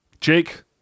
Jake